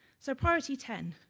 so priority ten,